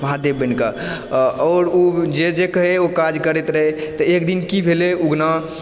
महादेव बनिकऽ और ओ जे जे कहै ओ काज करैत रहै तऽ एक दिन की भेलै उगना